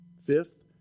Fifth